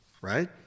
right